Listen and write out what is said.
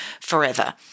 forever